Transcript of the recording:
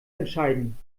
entscheiden